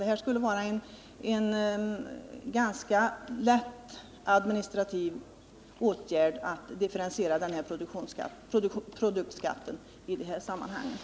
Det skulle bli en ganska lätt administrativ åtgärd att i det här sammanhanget differentiera produktskatten.